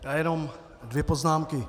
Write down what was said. Já jenom dvě poznámky.